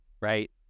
right